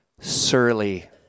Surly